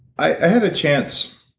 i had a chance,